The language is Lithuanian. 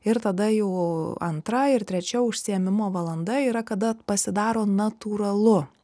ir tada jau antra ir trečia užsiėmimo valanda yra kada pasidaro natūralu